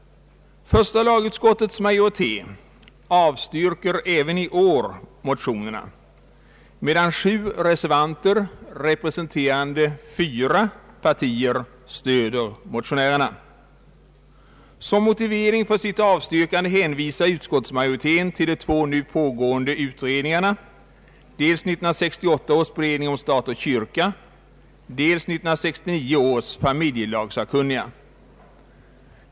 Första lagutskottets majoritet avstyrker även i år motionerna, medan sju reservanter representerande fyra partier stöder motionärerna. Som motivering för sitt avstyrkande hänvisar utskottsmajoriteten till de två nu pågående utredningarna — dels 1968 års beredning om stat och kyrka, dels 1969 års familjelagssakunniga.